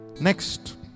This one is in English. Next